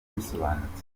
bisobanutse